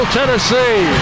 Tennessee